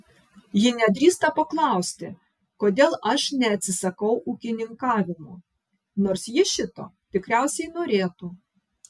ji nedrįsta paklausti kodėl aš neatsisakau ūkininkavimo nors ji šito tikriausiai norėtų